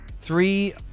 three